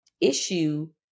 issue